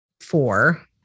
Four